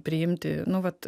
priimti nu vat